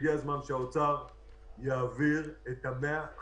הגיע הזמן שמשרד האוצר יעביר את ה-150